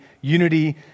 unity